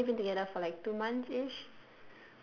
we've only been together for like two monthsish